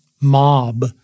mob